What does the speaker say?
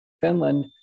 Finland